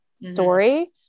story